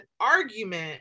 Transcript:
argument